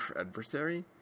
adversary